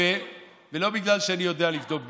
לא בגלל שאני רופא ולא בגלל שאני יודע לבדוק ברפואה.